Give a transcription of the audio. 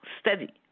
steady